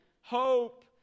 Hope